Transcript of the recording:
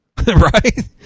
Right